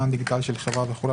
מען דיגיטלי של חברה" וכולי.